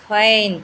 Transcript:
fine